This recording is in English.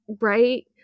Right